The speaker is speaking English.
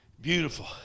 Beautiful